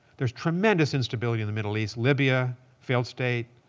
there's tremendous instability in the middle east libya, failed state.